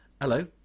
Hello